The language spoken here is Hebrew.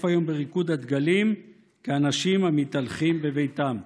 היום בריקוד הדגלים כאנשים המתהלכים בביתם.